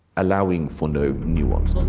allowing for no nuance.